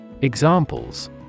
Examples